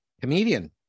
comedian